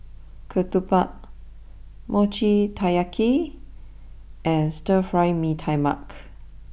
Ketupat Mochi Taiyaki and Stir Fry Mee Tai Mak